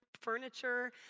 furniture